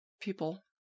people